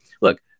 Look